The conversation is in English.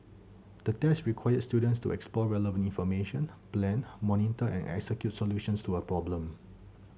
the test required students to explore relevant information plan monitor and execute solutions to a problem